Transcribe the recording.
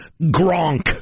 Gronk